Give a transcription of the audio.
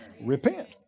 repent